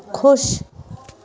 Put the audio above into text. खु़शि